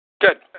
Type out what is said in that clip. Good